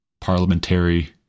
parliamentary